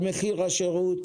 על מחיר השירות,